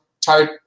type